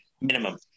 minimum